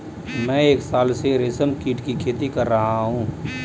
मैं एक साल से रेशमकीट की खेती कर रहा हूँ